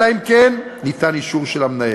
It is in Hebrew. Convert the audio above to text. אלא אם כן ניתן אישור של המנהל.